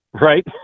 right